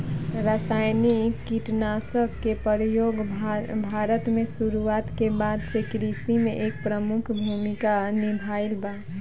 रासायनिक कीटनाशक के प्रयोग भारत में शुरुआत के बाद से कृषि में एक प्रमुख भूमिका निभाइले बा